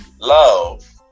love